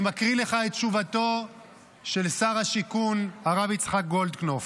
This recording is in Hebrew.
אני מקריא לך את תשובתו של שר השיכון הרב יצחק גולדקנופ: